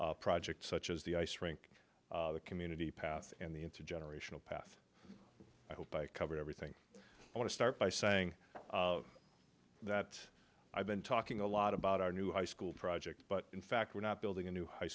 project such as the ice rink the community paths and the intergenerational path i hope i covered everything i want to start by saying that i've been talking a lot about our new high school project but in fact we're not building a new high